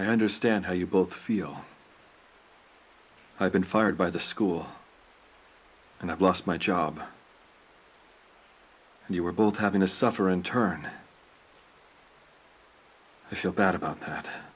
i understand how you both feel i've been fired by the school and i've lost my job and you were both having to suffer in turn i feel bad about that